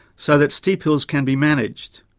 so that steep hills can be managed.